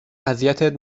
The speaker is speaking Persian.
اذیتت